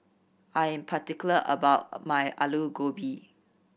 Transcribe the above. I am particular about my Aloo Gobi